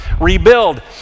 rebuild